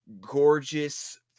gorgeous